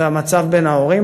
והמצב בין ההורים,